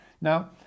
now